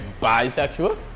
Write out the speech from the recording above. bisexual